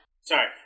Sorry